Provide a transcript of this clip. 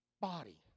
body